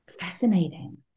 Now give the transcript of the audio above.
fascinating